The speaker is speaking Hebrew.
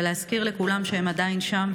בלהזכיר לכולם שהם עדיין שם,